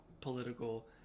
political